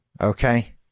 Okay